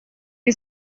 you